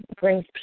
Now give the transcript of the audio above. brings